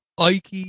Ike